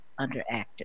underactive